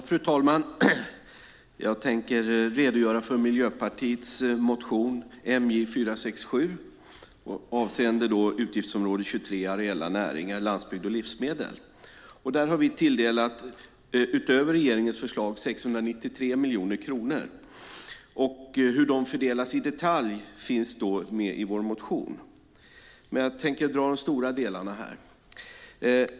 Fru talman! Jag tänker redogöra för Miljöpartiets motion MJ467 avseende utgiftsområde 23, Areella näringar, landsbygd och livsmedel . Där har vi tilldelat 693 miljoner kronor utöver regeringens förslag. Hur de fördelas i detalj finns med i vår motion. Jag tänker dra de stora delarna här.